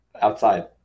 Outside